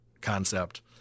concept